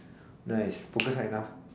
nice focus hard enough